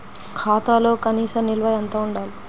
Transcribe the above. ఖాతాలో కనీస నిల్వ ఎంత ఉండాలి?